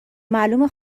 معلومه